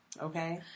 Okay